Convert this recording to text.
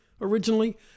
originally